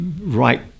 right